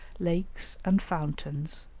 lakes, and fountains,